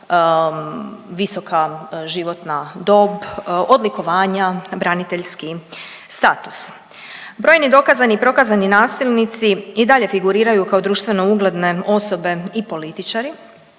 visoka životna dob, odlikovanja, braniteljski status. Brojni dokazani i prokazani nasilnici i dalje figuriraju kao društveno ugledne osobe i političari.